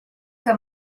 que